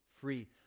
free